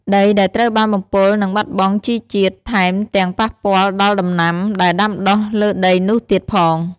ដីដែលត្រូវបានបំពុលនឹងបាត់បង់ជីជាតិ ថែមទាំងប៉ះពាល់ដល់ដំណាំដែលដាំដុះលើដីនោះទៀតផង។